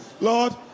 Lord